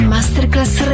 Masterclass